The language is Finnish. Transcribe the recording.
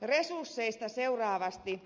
resursseista seuraavaksi